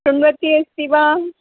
श्रृण्वन्ती अस्ति वा